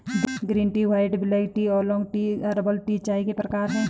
green tea white black tea oolong tea herbal tea चाय के प्रकार है